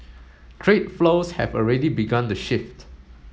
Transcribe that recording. trade flows have already begun to shift